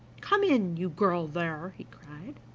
come in, you girl there! he cried.